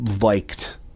liked